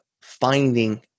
finding